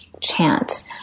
chant